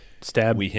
Stab